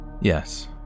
Yes